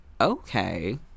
okay